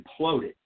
imploded